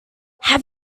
have